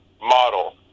model